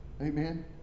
Amen